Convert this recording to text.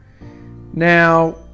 Now